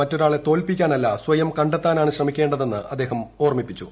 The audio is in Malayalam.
മറ്റൊരാളെ തോൽപ്പിക്കാനല്ല സ്വയം കണ്ടെത്താനാണ് ശ്രമിക്കേണ്ടതെന്ന് ജയസൂര്യ പറഞ്ഞു